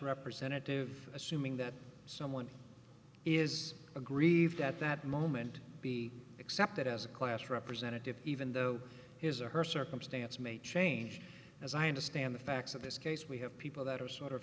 representative assuming that someone is aggrieved at that moment be accepted as a class representative even though his or her circumstance may change as i understand the facts of this case we have people that are sort of